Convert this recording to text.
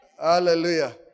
Hallelujah